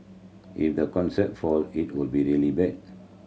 if the concept fall it will be really bad